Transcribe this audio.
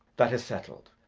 that is settled.